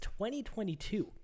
2022